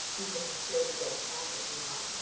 even if you're scared to death, act like you're not.